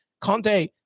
Conte